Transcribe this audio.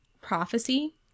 prophecy